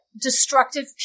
destructive